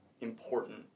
important